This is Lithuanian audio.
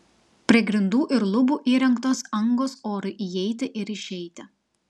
prie grindų ir lubų įrengtos angos orui įeiti ir išeiti